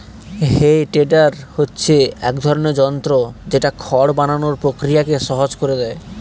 হে tedder হচ্ছে এক ধরনের যন্ত্র যেটা খড় বানানোর প্রক্রিয়াকে সহজ করে দেয়